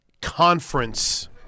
conference